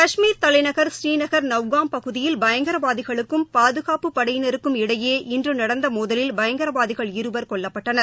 கஷ்மீாதலைநகர் ஸ்ரீநகர் நவ்ஹாம் பகுதியில் பயங்கரவாதிகளுக்கும் பாதுகாப்பு படையினருக்கும் இடையே இன்றுநடந்தமோதலில் பயங்கரவாதிகள் இருவா ்கொல்லப்பட்டனர்